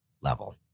level